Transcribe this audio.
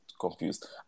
confused